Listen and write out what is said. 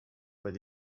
per